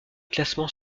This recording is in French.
classements